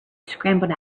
scrambled